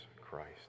Christ